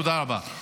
תודה רבה.